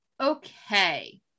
Okay